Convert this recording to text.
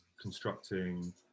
constructing